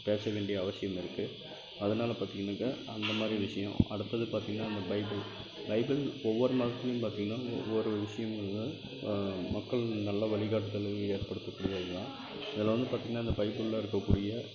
பேச வேண்டிய அவசியம் இருக்குது அதனால் பார்த்தீங்கன்னாக்கா அந்தமாதிரி விஷயம் அடுத்தது பார்த்தீங்கன்னா இந்த பைபிள் பைபிள் ஒவ்வொரு மதத்துலேயும் பார்த்தீங்கன்னா ஒவ்வொரு விஷயம் உண்டு மக்களின் நல்ல வழிகாட்டுதல் ஏற்படுத்தக்கூடியது தான் இதில் வந்து பார்த்தீங்கன்னா அந்த பைபிளில் இருக்கக்கூடிய